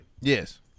yes